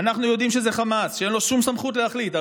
אנחנו יודעים שזה חמס, שאין לו שום סמכות להחליט.